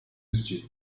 desistiu